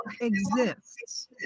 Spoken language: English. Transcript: exists